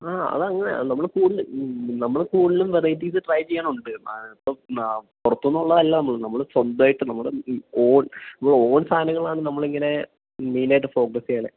ആ അതങ്ങനെയാണ് നമ്മൾ കൂടുതൽ നമ്മൾ കൂടുതലും വെറൈറ്റീസ് ട്രൈ ചെയ്യണുണ്ട് അപ്പം പുറത്തുന്നുള്ളതല്ല നമ്മൾ നമ്മൾ സ്വന്തമായിട്ട് നമ്മുടെ ഓൺ നമ്മൾ ഓൺ സാധനങ്ങളാണ് നമ്മൾ ഇങ്ങനെ മെയ്നായിട്ട് ഫോക്കസ്സ് ചെയ്യണത്